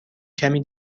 کمی